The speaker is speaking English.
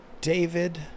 David